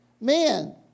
Man